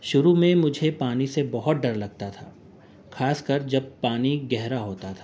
شروع میں مجھے پانی سے بہت ڈر لگتا تھا خاص کر جب پانی گہرا ہوتا تھا